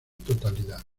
totalidad